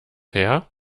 her